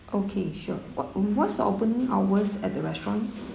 okay sure what what's the opening hours at the restaurants